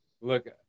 look